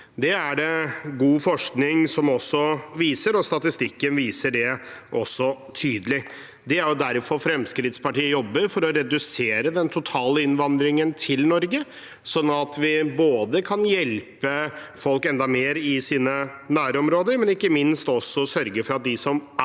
Det er det god forskning som viser, og statistikken viser det også tydelig. Det er derfor Fremskrittspartiet jobber for å redusere den totale innvandringen til Norge, sånn at vi både kan hjelpe folk enda mer i deres nærområder, og ikke minst sørge for at de som er